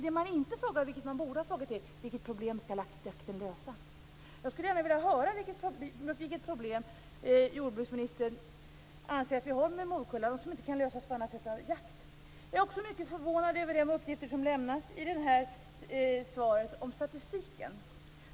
Det som man inte frågar, vilket man borde ha frågat, är: Vilket problem skall jakten lösa? Jag skulle gärna vilja höra vilket problem som jordbruksministern anser att vi har med morkullan och som inte kan lösas på annat sätt än genom jakt. Jag är också mycket förvånad över de uppgifter som lämnas i svaret om statistiken.